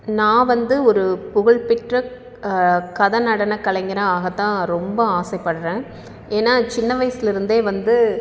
நான் வந்து ஒரு புகழ்பெற்ற கதை நடனக் கலைஞனாக ஆகத்தான் ரொம்ப ஆசைப்பட்றேன் ஏன்னா சின்ன வயதில் இருந்து வந்து